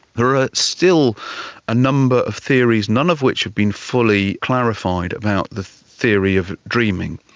there are still a number of theories, none of which have been fully clarified about the theory of dreaming.